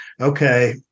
okay